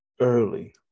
early